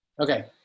Okay